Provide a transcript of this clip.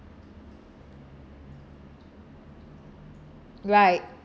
right